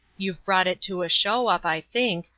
you've brought it to a show-up, i think,